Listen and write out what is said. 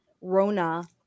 Rona